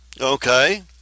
Okay